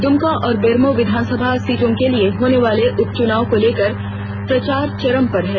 दुमका और बेरमो विधानसभा सीटों के लिए होनेवाले उपचुनाव को लेकर प्रचार चरम पर है